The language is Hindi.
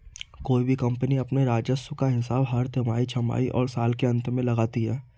कोई भी कम्पनी अपने राजस्व का हिसाब हर तिमाही, छमाही और साल के अंत में लगाती है